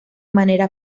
manera